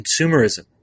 consumerism